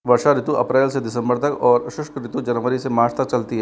वर्षा ऋतु अप्रैल से दिसम्बर तक और शुष्क ऋतु जनवरी से मार्च तक चलती है